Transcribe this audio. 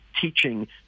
teaching